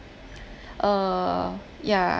uh yeah